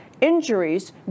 injuries